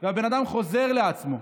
והבן אדם חוזר לעצמו.